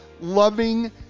loving